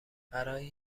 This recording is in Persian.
برای